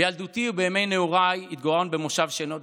בילדותי וימי נעוריי התגוררנו במושב שאינו דתי,